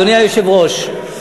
אדוני היושב-ראש,